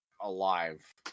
alive